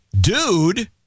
dude